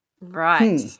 Right